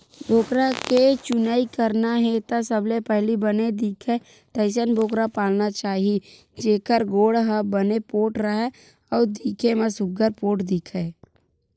बोकरा के चुनई करना हे त सबले पहिली बने दिखय तइसन बोकरा पालना चाही जेखर गोड़ ह बने पोठ राहय अउ दिखे म सुग्घर पोठ दिखय